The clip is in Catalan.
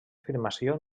afirmació